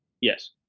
Yes